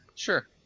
Sure